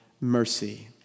mercy